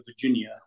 Virginia